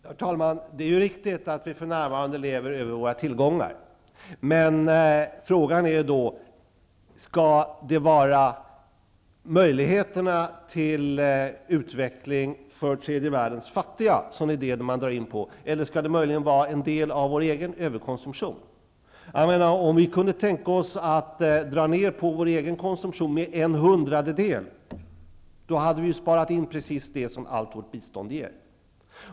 Herr talman! Det är riktigt att vi för närvarande lever över våra tillgångar. Men frågan är då: Är det möjligheterna till utveckling för tredje världens fattiga som vi skall dra in på eller är det möjligen en del av vår egen överkonsumtion? Om vi kunde tänka oss att dra ned vår egen konsumtion med en hundradedel hade vi sparat in precis det som allt vårt bistånd ger.